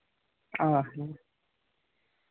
ᱚ